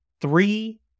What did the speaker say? three